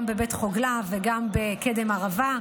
גם בבית חגלה וגם בקדם ערבה,